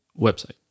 website